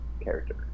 character